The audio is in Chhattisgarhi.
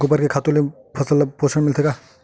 गोबर के खातु से फसल ल पोषण मिलथे का?